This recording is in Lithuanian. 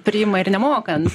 priima ir nemokant